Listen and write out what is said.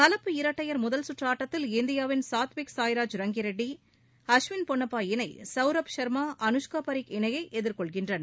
கலப்பு இரட்டையர் முதல் சுற்றுஆட்டத்தில் இந்தியாவின் சாத்விக்சாய்ராஜ் ரங்கிரெட்டி அஸ்வின் பொன்னப்பா இணைசவ்ரப் ஷாமா அனுஷ்காபரிக் இணையைஎதிர்கொள்கின்றனர்